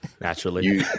naturally